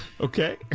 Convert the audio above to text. Okay